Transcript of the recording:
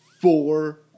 Four